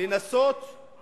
מה יותר מוצדק מזה?